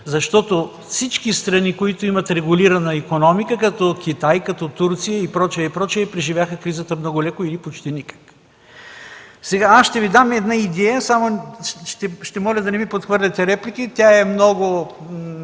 защото всички страни, които имат регулирана икономика като Китай, Турция и прочие, преживяха кризата много леко или почти никак. Ще Ви дам една идея, само че моля да не ми подхвърляте реплики. Тя е много